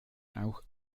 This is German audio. auch